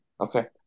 Okay